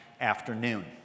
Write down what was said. afternoon